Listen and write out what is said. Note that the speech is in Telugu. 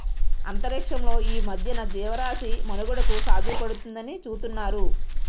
అంతరిక్షంలో ఈ మధ్యన జీవరాశి మనుగడకు సాధ్యపడుతుందాని చూతున్నారు